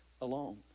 alone